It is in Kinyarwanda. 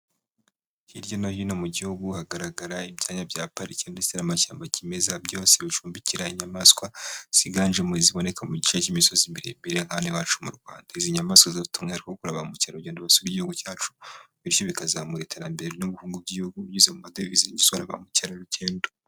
Hirya no hino mu gihugu hagaragara ibyanya bya pariki ndetse n'amashyamba kimeza byose bicumbikira inyamaswa ziganjemo iziboneka mu gice cy'imisozi miremire hano iwacu mu Rwanda. Izi nyamaswa zifite umwihariko wo gukurura ba mukerarugendo bose b'igihugu cyacu bityo bikazamura iterambere ry'ubukungu bw'igihugu binyuze mu madevizi basora ba mukerarugendo.